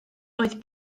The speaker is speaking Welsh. oedd